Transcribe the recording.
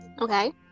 Okay